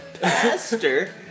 Pastor